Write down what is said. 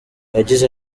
yagize